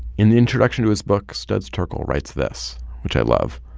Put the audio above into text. in the introduction to his book, studs terkel writes this, which i love,